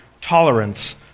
tolerance